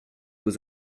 aux